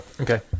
Okay